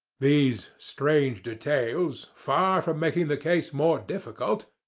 these strange details, far from making the case more difficult,